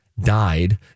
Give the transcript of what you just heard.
died